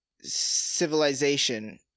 civilization